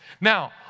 Now